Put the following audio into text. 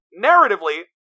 narratively